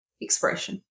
expression